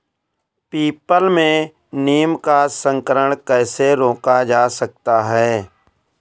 People में नीम का संकरण कैसे रोका जा सकता है?